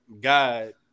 God